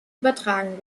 übertragen